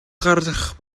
гарах